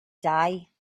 die